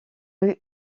rues